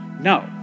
No